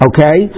Okay